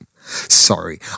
Sorry